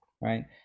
right